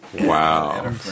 Wow